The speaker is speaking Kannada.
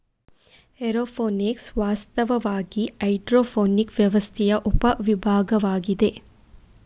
ಏರೋಪೋನಿಕ್ಸ್ ವಾಸ್ತವವಾಗಿ ಹೈಡ್ರೋಫೋನಿಕ್ ವ್ಯವಸ್ಥೆಯ ಉಪ ವಿಭಾಗವಾಗಿದೆ